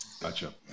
Gotcha